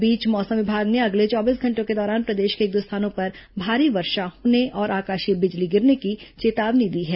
इस बीच मौसम विमाग ने अगले चौबीस घंटों के दौरान प्रदेश के एक दो स्थानों पर भारी वर्षा होने और आकाशीय बिजली गिरने की चेतावनी दी है